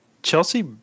Chelsea